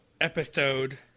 episode